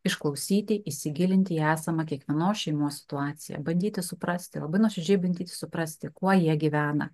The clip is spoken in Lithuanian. išklausyti įsigilinti į esamą kiekvienos šeimos situaciją bandyti suprasti labai nuoširdžiai bandyti suprasti kuo jie gyvena